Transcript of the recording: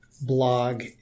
blog